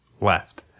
left